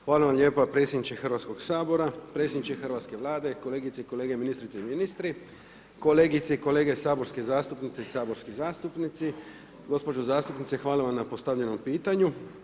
Hvala vam lijepo predsjedniče Hrvatskog sabora, predsjedniče hrvatske Vlade, kolegice i kolege ministrice i ministri, kolegice i kolege saborske zastupnice i saborski zastupnici, gospođo zastupnice hvala vam na postavljenom pitanju.